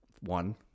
one